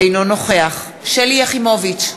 אינו נוכח שלי יחימוביץ,